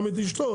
גם את אשתו,